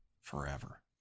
forever